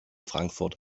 frankfurt